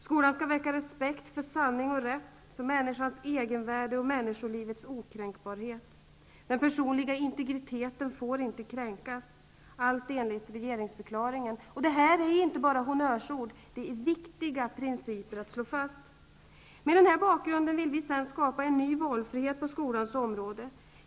Skolan skall väcka respekt för sanning och rätt, för människans egenvärde och människolivets okränkbarhet. Den personliga integriteten får inte kränkas. Allt enligt regeringsförklaringen. Detta är inte bara honnörsord, det är viktiga principer att slå fast. Med den bakgrunden vill vi sedan skapa en ny valfrihet på skolans område.